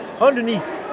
Underneath